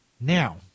Now